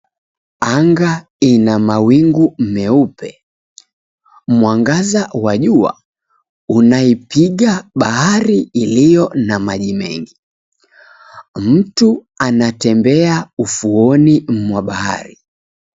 Anga ina mawingu meupe. Mwangaza wa jua unaipiga bahari iliyo na maji mengi. Mtu anatembea ufuoni mwa bahari.